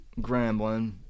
grambling